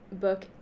book